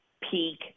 Peak